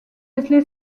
wesley